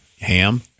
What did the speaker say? Ham